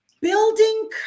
building